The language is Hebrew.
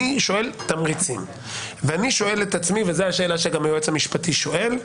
אני שואל את עצמי, וגם היועץ המשפטי שואל.